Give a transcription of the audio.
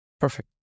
perfect